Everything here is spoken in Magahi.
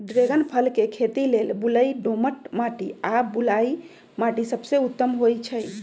ड्रैगन फल के खेती लेल बलुई दोमट माटी आ बलुआइ माटि सबसे उत्तम होइ छइ